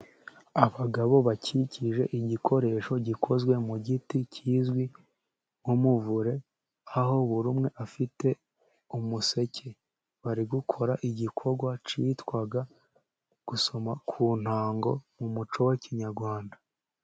Abagabo bakikije igikoresho gikozwe mu giti kizwi nk'umuvure, aho buri umwe afite umuseke bari gukora igikorwa cyitwaga gusoma ku ntango mu muco wa Kinyarwanda.